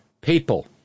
people